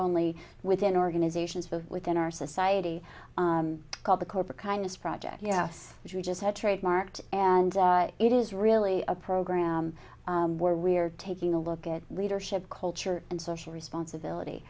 only within organizations but within our society called the corporate kindness project yes which we just had trademarked and it is really a program where we are taking a look at leadership culture and social responsibility